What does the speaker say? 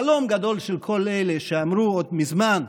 חלום גדול של כל אלה שאמרו עוד מזמן: